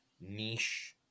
niche